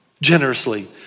generously